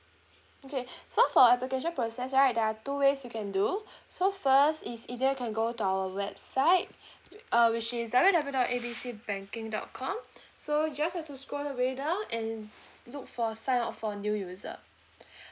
okay so for application process right there are two ways you can do so first is either you can go to our website wi~ uh which is W W dot A B C banking dot com so just have to scroll all the way down and look for sign up for new user